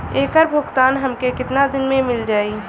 ऐकर भुगतान हमके कितना दिन में मील जाई?